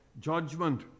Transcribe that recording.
judgment